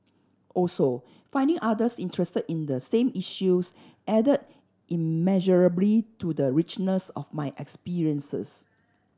also finding others interested in the same issues added immeasurably to the richness of my experiences